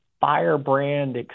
firebrand